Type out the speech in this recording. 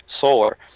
solar